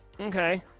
Okay